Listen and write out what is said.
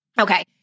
Okay